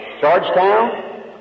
Georgetown